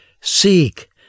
seek